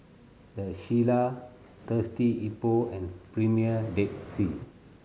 The Shilla Thirsty Hippo and Premier Dead Sea